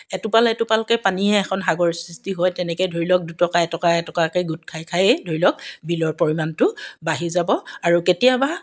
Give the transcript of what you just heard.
এটুপাল এটুপালকৈ পানীয়ে এখন সাগৰ সৃষ্টি হয় তেনেকৈ ধৰি লওক দুটকা এটকা এটকাকে গোট খাই খাইয়েই ধৰি লওক বিলৰ পৰিমাণটো বাঢ়ি যাব আৰু কেতিয়াবা